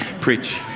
preach